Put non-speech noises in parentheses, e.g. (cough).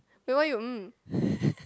wait why you mm (laughs)